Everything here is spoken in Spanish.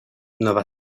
nueva